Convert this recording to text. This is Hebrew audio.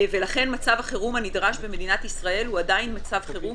ולכן מצב החירום הנדרש במדינת ישראל הוא עדיין מצב חירום,